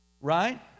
right